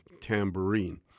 tambourine